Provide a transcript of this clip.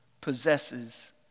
possesses